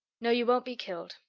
no, you won't be killed.